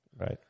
Right